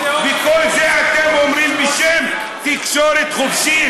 וכל זה, אתם אומרים, בשם תקשורת חופשית.